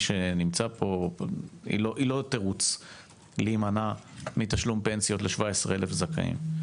שנמצא כאן היא לא תירוץ להימנע מתשלום פנסיות לכ-17,000 זכאים.